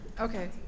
Okay